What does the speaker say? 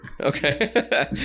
Okay